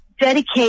dedicate